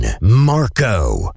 Marco